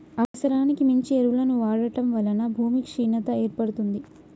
అవసరానికి మించి ఎరువులను వాడటం వలన భూమి క్షీణత ఏర్పడుతుంది